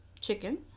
chicken